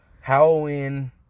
Halloween